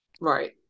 Right